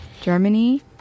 Germany